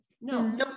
No